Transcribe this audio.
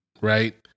right